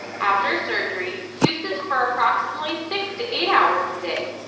after surgery, use is for approximately six to eight hours a day,